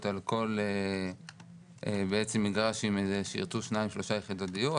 על כל מגרש שירצו שתיים-שלוש יחידות דיור,